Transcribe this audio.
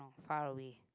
far away